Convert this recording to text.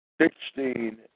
sixteen